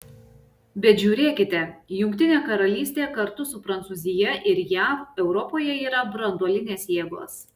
bet žiūrėkite jungtinė karalystė kartu su prancūzija ir jav europoje yra branduolinės jėgos